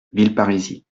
villeparisis